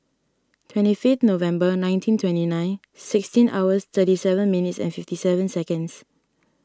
twenty fifth November nineteen twenty nine sixteen hours thirty seven minutes and fifty seven seconds